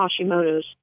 Hashimoto's